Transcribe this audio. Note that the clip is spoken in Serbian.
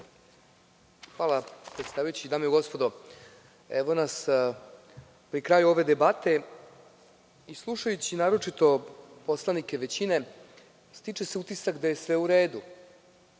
Hvala predsedavajući. Dame i gospodo, evo nas pri kraju ove debate i slušajući naročito poslanike većine, stiče se utisak da je sve u redu.